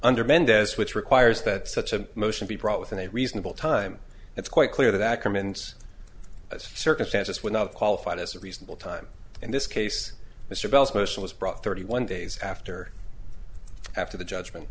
under mendez which requires that such a motion be brought within a reasonable time it's quite clear that commence circumstances would not qualify as a reasonable time in this case mr bell's motion was brought thirty one days after after the judgment